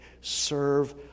serve